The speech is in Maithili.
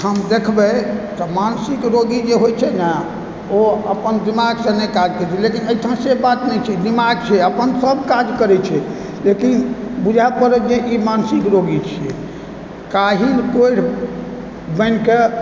ठाम देखबै तऽ मानसिक रोगी जे होइ छै न ओ अपन दिमागसँ नहि काज करय छै लेकिन अहिठाम से बात नहि छै दिमाग छै अपनसभ काज करै छै लेकिन बुझै परत जे ई मानसिक रोगी छियै काहिल कोढ़ि बनिके